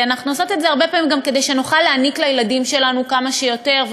הרבה פעמים גם כדי שנוכל להעניק לילדים שלנו כמה שיותר,